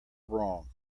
wrong